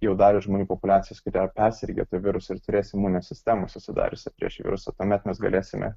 jau dalį žmonių populiacijos kurie yra persirgę virusu ir turės imuninę sistemą susidariusią prieš virusą tuomet mes galėsime